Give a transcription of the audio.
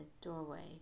doorway